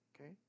okay